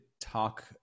talk